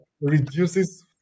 reduces